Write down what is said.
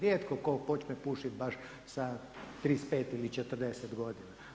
Rijetko tko počne pušiti baš sa 35 ili 40 godina.